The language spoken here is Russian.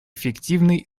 эффективной